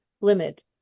limit